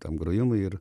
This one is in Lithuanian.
tam grojimui ir